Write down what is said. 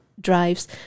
drives